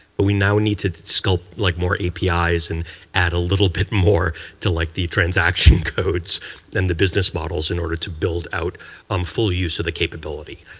but we now need to sculpt like more api's and add a little bit more to like the transaction codes and the business models in order to build out um full use of the capabilities.